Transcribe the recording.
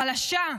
חלשה,